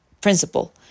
principle